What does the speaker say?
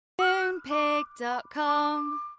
Moonpig.com